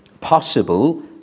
possible